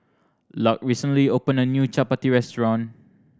Lark recently opened a new Chapati restaurant